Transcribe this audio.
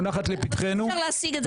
המונחת לפתחנו --- אבל אי אפשר להשיג את זה,